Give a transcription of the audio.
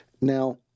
Now